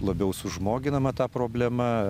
labiau sužmoginama ta problema